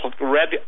Red